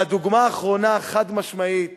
והדוגמה האחרונה החד-משמעית